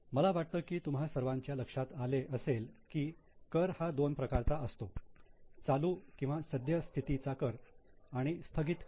मला वाटतं की तुम्हा सर्वांच्या लक्षात असेल की कर हा दोन प्रकारचा असतो चालू किंवा सद्यस्थितीचा कर आणि स्थगित कर